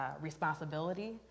responsibility